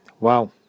Wow